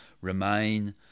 remain